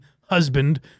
husband